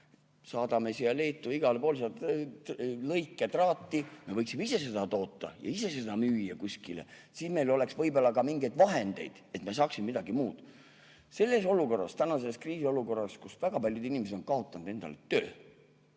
saadame Leetu ja igale poole lõiketraati. Me võiksime ise seda toota ja ise seda müüa kuskile, siis meil oleks võib-olla mingeid vahendeid ja me saaksime ka midagi muud. Selles olukorras, tänases kriisiolukorras, kus väga paljud inimesed on kaotanud töö,